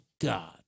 God